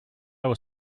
were